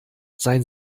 seien